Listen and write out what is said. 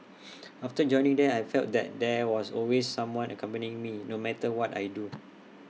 after joining them I felt that there was always someone accompanying me no matter what I do